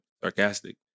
sarcastic